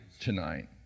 tonight